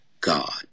god